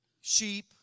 sheep